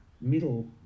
middle